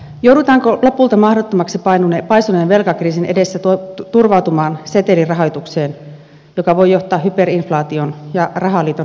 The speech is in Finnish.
joudutaanko lopulta mahdottomaksi paisuneen velkakriisin edessä turvautumaan setelirahoitukseen joka voi johtaa hyperinflaatioon ja rahaliiton romahtamiseen